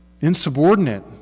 insubordinate